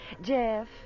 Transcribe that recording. Jeff